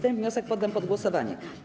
Ten wniosek poddam pod głosowanie.